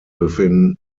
within